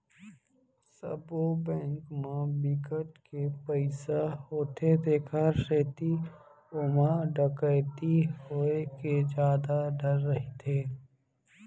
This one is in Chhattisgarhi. सबो बेंक म बिकट के पइसा होथे तेखर सेती ओमा डकैती होए के जादा डर रहिथे